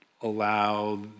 allow